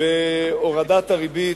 והורדת הריבית,